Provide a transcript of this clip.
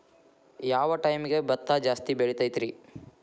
ಯಾವ ಟೈಮ್ಗೆ ಭತ್ತ ಜಾಸ್ತಿ ಬೆಳಿತೈತ್ರೇ?